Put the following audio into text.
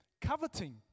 coveting